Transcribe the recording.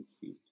field